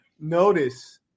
Notice